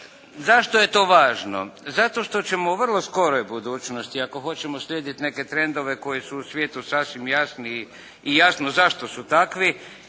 Zašto je to važno? Zato što ćemo u vrlo skoroj budućnosti ako hoćemo slijediti neke trendove koji su u svijetu sasvim jasni i jasno zašto su takvi